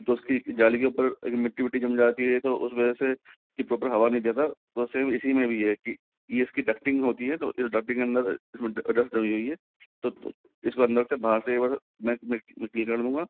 तो उसकी जाली के ऊपर मिट्टी विट्टी जम जाती है तो उस वजह से यह प्रॉपर हवा नहीं देता तो सेम इसी में भी है कि यह इसकी डस्टिंग होती है तो इसकी डस्टिंग के अंदर इसमें डस्ट जमी हुई है तो इसको अंदर से बाहर से मैं क्लीन कर दूँगा